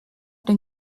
den